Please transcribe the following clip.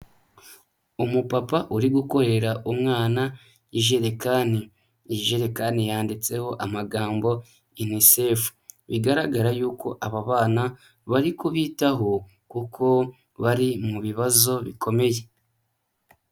Umupapa uri gukorera umwana ijerekani. Ijerekani yanditseho amagambo UNICEF, bigaragara y'uko aba bana bari kubitaho kuko bari mu bibazo bikomeye.